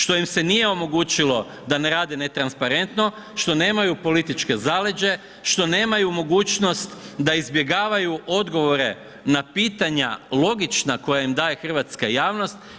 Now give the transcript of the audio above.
Što im se nije omogućilo da ne rade netransparentno, što nemaju političko zaleđe, što nemaju mogućnost da izbjegavaju odgovore na pitanja logična koja im daje hrvatska javnost.